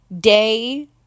day